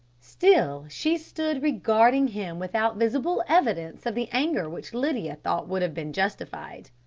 still she stood regarding him without visible evidence of the anger which lydia thought would have been justified.